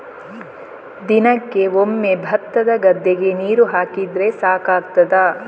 ದಿನಕ್ಕೆ ಒಮ್ಮೆ ಭತ್ತದ ಗದ್ದೆಗೆ ನೀರು ಹಾಕಿದ್ರೆ ಸಾಕಾಗ್ತದ?